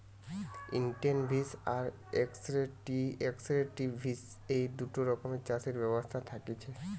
intensive আর extensive এই দুটা রকমের চাষের ব্যবস্থা থাকতিছে